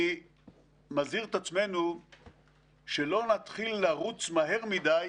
אני מזהיר את עצמנו שלא נתחיל לרוץ מהר מדי